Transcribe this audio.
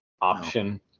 option